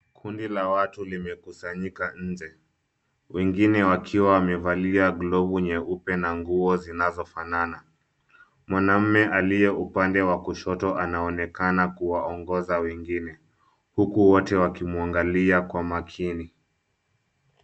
Kundi la watu limekusanyika nje wengine wakiwa wamevalia glovu nyeupe na nguo zinazofanana. Mwanamume aliye upande wa kushoto anaonekana kuwaongoza wengine huku wote wakimuangalia kwa makini.